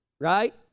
right